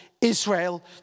Israel